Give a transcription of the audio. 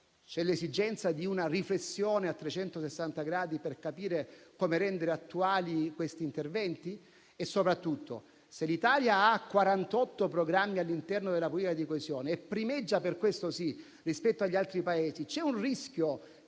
C'è l'esigenza di una riflessione a 360 gradi per capire come rendere attuali questi interventi? E, soprattutto, se l'Italia ha 48 programmi all'interno della politica di coesione e primeggia, per questo sì, rispetto agli altri Paesi, c'è il rischio